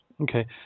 Okay